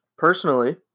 Personally